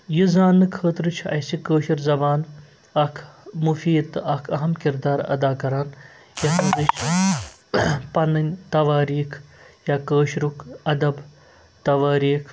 یہِ زاننہٕ خٲطرٕ چھِ اَسہِ کٲشِر زَبان اَکھ مُفیٖد تہٕ اَکھ اَہم کِردار اَدا کَران یَتھ منٛز أسۍ چھِ پَنٕنۍ تَواریٖخ یا کٲشرُک اَدب تَواریٖخ